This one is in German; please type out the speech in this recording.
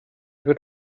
wird